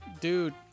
dude